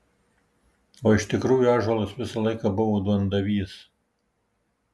o iš tikrųjų ąžuolas visą laiką buvo duondavys